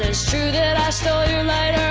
i